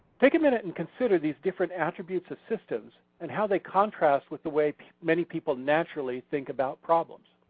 take a minute and consider these different attributes of systems and how they contrast with the way many people naturally think about problems.